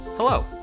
Hello